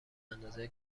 اندازه